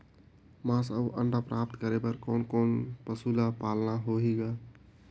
मांस अउ अंडा प्राप्त करे बर कोन कोन पशु ल पालना होही ग?